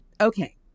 Okay